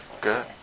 good